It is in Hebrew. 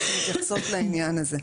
שמתייחסות לעניין הזה.